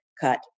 cut